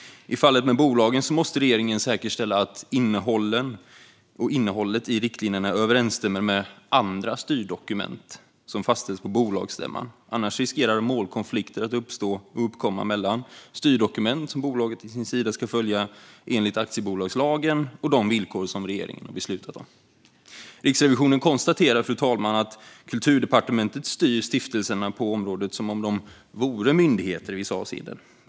I fallet med bolagen måste regeringen säkerställa att innehållet i riktlinjerna överensstämmer med andra styrdokument som fastställts på bolagsstämman, annars riskerar målkonflikter att uppkomma mellan styrdokument, som bolaget ska följa enligt aktiebolagslagen, och de villkor som regeringen har beslutat om. Fru talman! Riksrevisionen konstaterar att Kulturdepartementet styr stiftelserna på området som om de vore myndigheter i vissa avseenden.